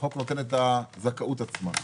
החוק נותן את הזכאות עצמה.